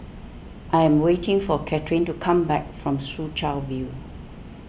I am waiting for Kathrine to come back from Soo Chow View